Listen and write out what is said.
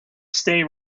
stay